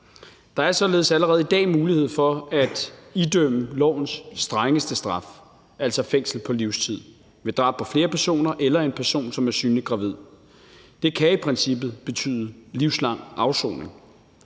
Der er således allerede i dag mulighed for at idømme lovens strengeste straf, altså fængsel på livstid, ved drab på flere personer eller på en person, som er synligt gravid. Det kan i princippet betyde livslang afsoning.